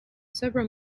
several